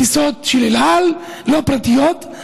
טיסות של אל על, לא פרטיות.